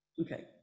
Okay